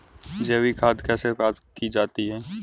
जैविक खाद कैसे प्राप्त की जाती है?